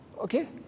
Okay